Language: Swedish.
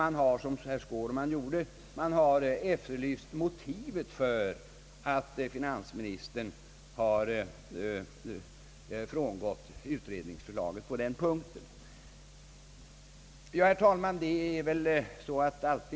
Man har, som herr Skårman, efterlyst motivet till att finansministern frångått utredningsförslaget på den punkten. Herr talman!